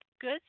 good